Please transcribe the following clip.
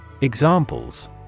Examples